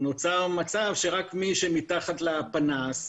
נוצר מצב שרק מי שמתחת לפנס,